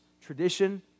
Tradition